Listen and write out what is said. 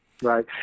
Right